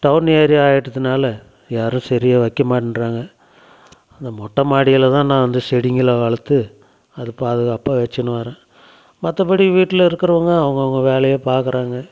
down area ஆயிட்டதுனால யாரும் சரியாக வைக்க மாட்டன்றாங்க அந்த மொட்டை மாடியில தான் நான் வந்து செடிங்களை வளர்த்து அதில் பாதுகாப்பாக வச்சுன்னு வரன் மற்றபடி வீட்டுல இருக்குறவங்க அவங்கவுங்க வேலையை பார்க்குறாங்க